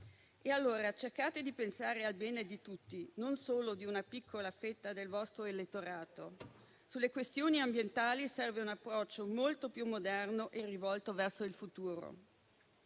allora di pensare al bene di tutti, non solo di una piccola fetta del vostro elettorato. Sulle questioni ambientali, serve un approccio molto più moderno e rivolto verso il futuro.